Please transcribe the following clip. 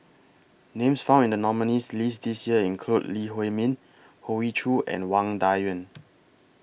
Names found in The nominees' list This Year include Lee Huei Min Hoey Choo and Wang DA Yuan